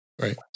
right